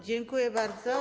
Dziękuję bardzo.